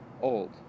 old